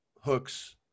Hooks